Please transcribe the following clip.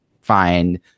find